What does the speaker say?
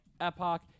Epoch